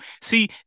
see